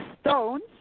stones